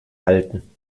halten